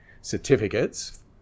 certificates